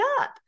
up